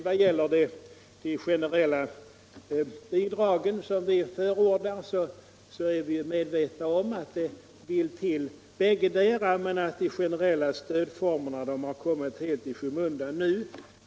Vad gäller de generella bidragen, som vi förordar, är vi medvetna om att även selektivt stöd behövs men menar att de generella stödformerna nu kommit helt i skymundan.